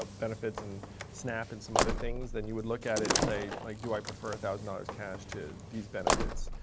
ah benefits and snap and some other things, then you would look at it and say, like, do i prefer a thousand dollars cash to these benefits.